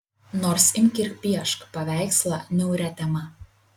nors imk ir piešk paveikslą niauria tema